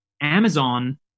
Amazon